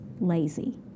lazy